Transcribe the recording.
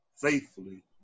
faithfully